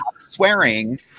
swearing